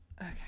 okay